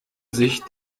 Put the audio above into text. sich